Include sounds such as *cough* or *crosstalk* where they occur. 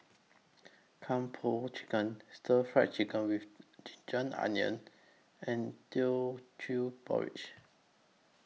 *noise* Kung Po Chicken Stir Fried Chicken with Ginger Onions and Teochew Porridge